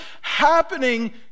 happening